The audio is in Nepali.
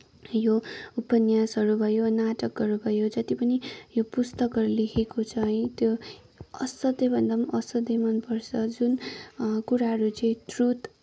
यो उपन्यासहरू भयो नाटकहरू भयो जति पनि यो पुस्तकहरू लेखेको छ है त्यो असाध्यैभन्दा पनि असाध्यै मनपर्छ जुन कुराहरू चाहिँ ट्रुथ